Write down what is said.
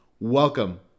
Welcome